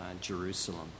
Jerusalem